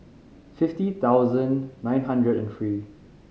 fifty thousand nine hundred and three